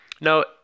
No